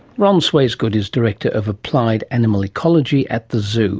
ron swaisgood is director of applied animal ecology at the zoo